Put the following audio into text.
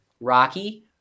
Rocky